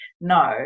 no